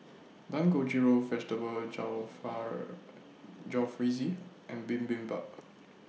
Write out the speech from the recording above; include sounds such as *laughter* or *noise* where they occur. Dangojiru Vegetable *unintelligible* Jalfrezi and Bibimbap